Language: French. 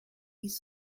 ils